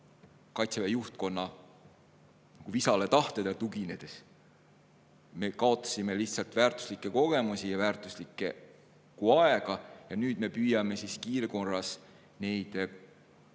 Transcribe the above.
Kaitseväe juhtkonna visale tahtele tuginedes. Me kaotasime väärtuslikke kogemusi ja väärtuslikku aega ja nüüd me püüame kiirkorras neid